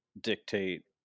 dictate